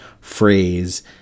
phrase